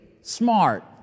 smart